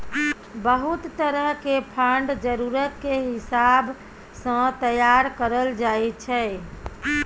बहुत तरह के फंड जरूरत के हिसाब सँ तैयार करल जाइ छै